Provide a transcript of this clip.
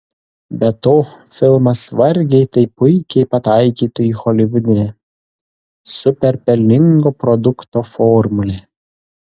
be to filmas vargiai taip puikiai pataikytų į holivudinę super pelningo produkto formulę